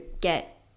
get